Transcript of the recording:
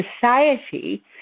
society